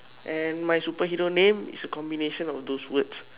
and my superhero name is a combination of those words